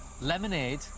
lemonade